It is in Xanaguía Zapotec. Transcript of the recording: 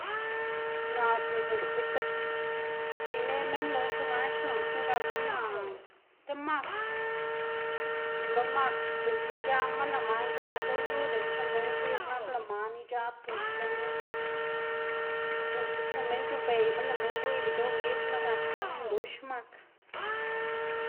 Naꞌ diꞌltse tib ineꞌ minn loná chu man xlaꞌndná gapná naꞌ ti mak lo mak diꞌltse ic̲h̲aꞌma lëꞌ man giaꞌn c̲h̲ow yu dila chu minn ziꞌd nap lëꞌ man ic̲h̲aꞌ tux lo minn dzekna diꞌltse chu minn c̲h̲uꞌnnbeyna lëꞌ minn gwiyga c̲h̲ow lidzma gan xkuꞌn ndux mak.